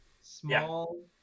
Small